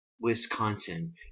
Wisconsin